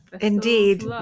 Indeed